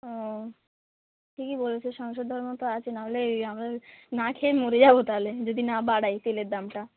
ও ঠিকই বলেছ সংসার ধর্ম তো আছে নাহলেই আমরা না খেয়ে মরে যাবো তাহলে যদি না বাড়ায় তেলের দামটা